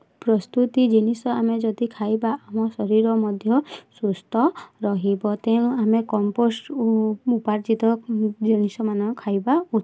ପ୍ରସ୍ତୁତି ଜିନିଷ ଆମେ ଯଦି ଖାଇବା ଆମ ଶରୀର ମଧ୍ୟ ସୁସ୍ଥ ରହିବ ତେଣୁ ଆମେ କମ୍ପୋଷ୍ଟ୍ ଉପାର୍ଜିତ ଜିନିଷ ମାନ ଖାଇବା ଉଚିତ୍